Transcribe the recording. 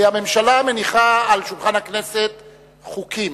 הממשלה מניחה על שולחן הכנסת חוקים,